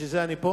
לשם כך אני פה.